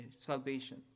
salvation